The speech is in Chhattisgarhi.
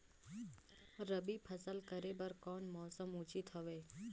रबी फसल करे बर कोन मौसम उचित हवे?